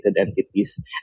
entities